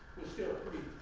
still pretty